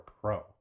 Pro